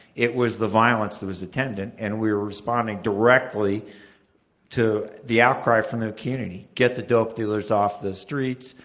it was the violence that was attendant. and we were responding directly to the outcry from the community, get the dope dealers off the streets.